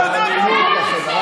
אין לו מושג.